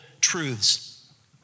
truths